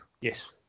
Yes